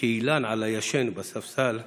כאילן על הישן בספסל /